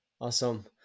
awesome